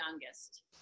youngest